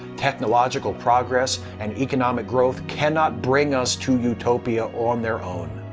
technological progress and economic growth cannot bring us to utopia on their own.